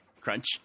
Crunch